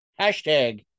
Hashtag